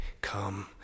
come